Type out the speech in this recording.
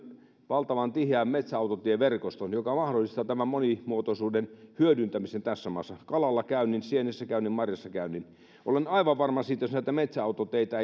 valtavan tiheän metsäautotieverkoston joka mahdollistaa tämän monimuotoisuuden hyödyntämisen tässä maassa kalallakäynnin sienessäkäynnin marjassakäynnin olen aivan varma siitä että jos näitä metsäautoteitä